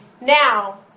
Now